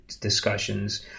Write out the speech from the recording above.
discussions